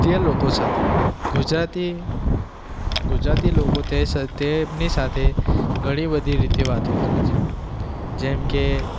તે લોકો સાથે ગુજરાતી ગુજરાતી લોકો તે તે તેમની સાથે ઘણી બધી રીતે વાતો કરે છે જેમ કે